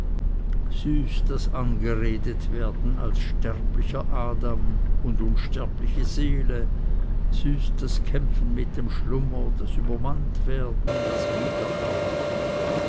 süß das angeredetwerden als sterblicher adam und unsterbliche seele süß das kämpfen mit dem schlummer das übermanntwerden das wiedererwachen